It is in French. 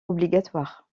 obligatoire